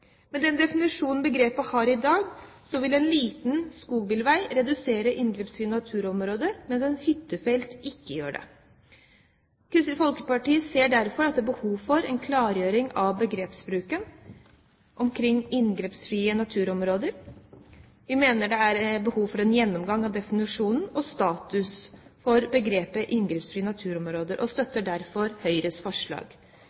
Med den definisjonen begrepet har i dag, vil en liten skogsbilvei redusere inngrepsfrie naturområder, mens et hyttefelt ikke gjør det. Kristelig Folkeparti ser derfor at det er behov for en klargjøring av begrepsbruken omkring inngrepsfrie naturområder. Vi mener det er behov for en gjennomgang av definisjonen og status for begrepet «inngrepsfrie naturområder» og